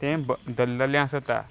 तें धरलेलें आसता